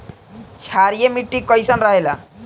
क्षारीय मिट्टी कईसन रहेला?